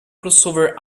crossover